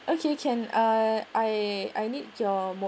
okay can uh I I need your mo~